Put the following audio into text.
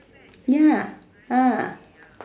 ya